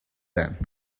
then